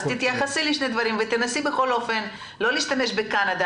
אז תתייחסי לשני הדברים ותנסי בכל אופן לא להשתמש בקנדה,